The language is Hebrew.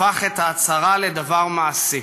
הפך את ההצהרה לדבר מעשי.